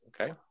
Okay